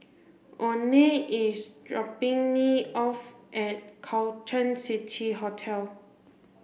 Oney is dropping me off at Carlton City Hotel